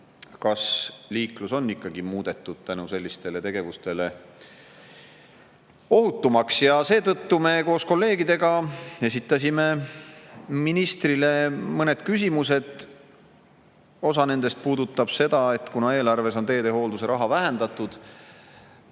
kas liiklus on ikka muudetud tänu sellistele tegevustele ohutumaks. Seetõttu me koos kolleegidega esitasime ministrile mõned küsimused. Osa nendest puudutab seda, et kuna eelarves on teehoolduse raha vähendatud,